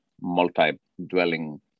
multi-dwelling